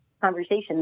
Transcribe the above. conversation